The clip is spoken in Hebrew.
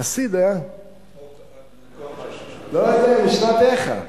לא יודע, משנת איכה.